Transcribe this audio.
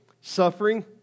suffering